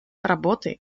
работы